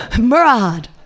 Murad